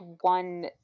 one